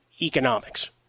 economics